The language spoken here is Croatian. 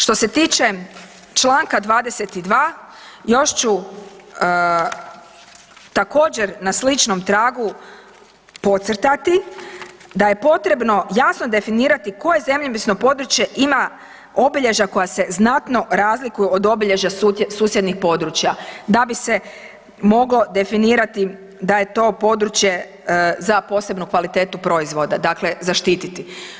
Što se tiče čl. 22. još ću također na sličnom tragu podcrtati da je potrebno jasno definirati koje zemljopisno područje ima obilježja koja se znatno razlikuju od obilježja susjednih područja da bi se moglo definirati da je to područje za posebnu kvalitetu proizvoda, dakle zaštititi.